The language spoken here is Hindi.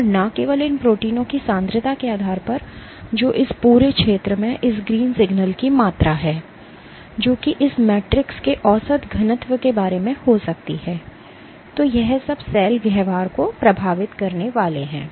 और न केवल इन प्रोटीनों की सांद्रता के आधार पर जो इस पूरे क्षेत्र में इस ग्रीन सिग्नल की मात्रा है जो कि इस मैट्रिक्स के औसत घनत्व के बराबर हो सकती है तो यह सब सेल व्यवहार को प्रभावित करने वाले हैं